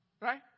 Right